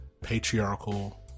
patriarchal